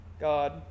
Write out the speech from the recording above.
God